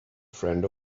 friend